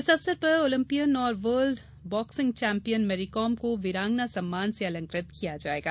इस अवसर पर आेंलपियन और वर्ल्ड बॉक्सिंग चैंपियन मेरीकॉम को वीरांगना सम्मान से अलंकृत किया जायेगा